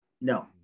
No